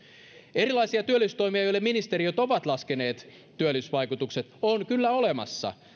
erilaisia työllisyystoimia joille ministeriötkin ovat laskeneet positiiviset työllisyysvaikutukset on kyllä olemassa